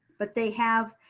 but they have.